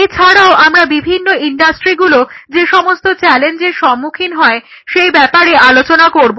এছাড়াও আমরা বিভিন্ন ইন্ডাস্ট্রিগুলো যে সমস্ত চ্যালেঞ্জের সম্মুখীন হয় সেই ব্যাপারে আলোচনা করব